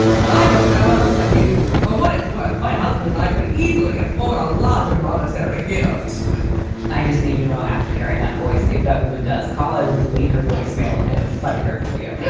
but i don't know how much to give. for what it's worth, my husband and i could easily afford a larger monetary gift i just needed to know after hearing that voice. if that woman does call, i will delete her voicemail and fight her for you. yeah